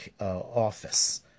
office